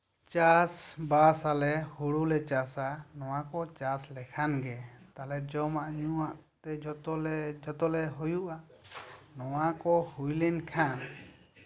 ᱪᱟᱥᱵᱟᱥᱟᱞᱮ ᱦᱩᱲᱩ ᱞᱮ ᱪᱟᱥᱟ ᱱᱚᱶᱟ ᱠᱚ ᱪᱟᱥ ᱞᱮᱠᱷᱟᱱ ᱜᱮ ᱟᱞᱮ ᱡᱚᱢᱟᱜᱼᱧᱩᱣᱟᱜ ᱛᱮ ᱡᱷᱚᱛᱚ ᱞᱮ ᱦᱩᱭᱩᱜᱼᱟ ᱱᱚᱶᱟ ᱠᱚ ᱦᱩᱭ ᱞᱮᱱᱠᱷᱟᱱ